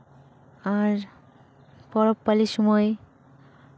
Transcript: ᱟᱨ ᱯᱚᱨᱚᱵᱽ ᱯᱟᱹᱞᱤ ᱥᱚᱢᱚᱭ